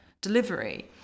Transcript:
delivery